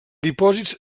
dipòsits